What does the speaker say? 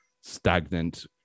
stagnant